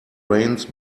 rains